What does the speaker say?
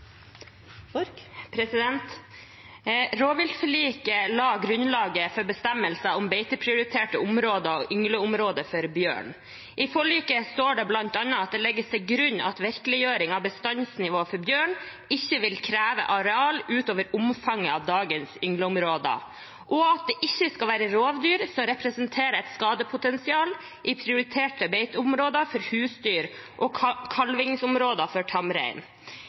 Rovviltforliket la grunnlaget for bestemmelser om beiteprioriterte områder og yngleområde for bjørn. I forliket står det bl.a.: «Det legges til grunn at virkeliggjøring av bestandsnivå for bjørn ikke vil kreve areal ut over omfanget av dagens yngleområder.» Og: «Det skal ikke være rovdyr som representerer et skadepotensial i prioriterte beiteområder for husdyr og kalvingsområde for tamrein».